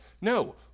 No